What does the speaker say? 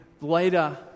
later